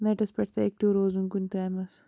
نٮ۪ٹَس پٮ۪ٹھ تہِ اٮ۪کٹِو روزُن کُنہِ ٹایمَس